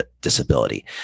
disability